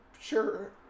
sure